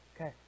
Okay